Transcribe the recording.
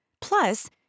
Plus